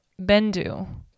Bendu